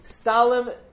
Stalin